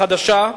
חדשה,